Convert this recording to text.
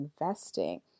investing